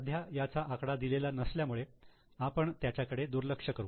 सध्या याचा आकडा दिलेला नसल्यामुळे आपण त्याच्याकडे दुर्लक्ष करू